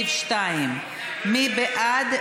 לסעיף 2. מי בעד?